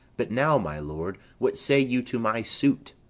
but now, my lord, what say you to my suit?